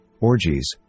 orgies